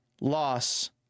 loss